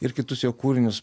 ir kitus jo kūrinius